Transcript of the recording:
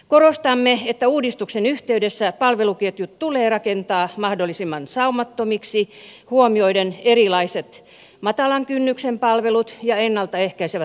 korostamme että uudistuksen yhteydessä palveluketjut tulee rakentaa mahdollisimman saumattomiksi huomioiden erilaiset matalan kynnyksen palvelut ja ennalta ehkäisevät toimet